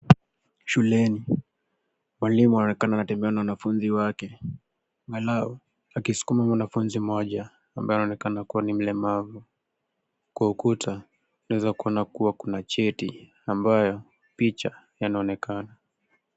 Shuleni, mwalimu anaonekana anatembea na wanafunzi wake, angalau akisukuma mwanafunzi mmoja ambaye anaonekana kuwa ni mlemavu. Kwa ukuta, tunaweza kuona kuwa kuna cheti ambayo picha yanaonekana.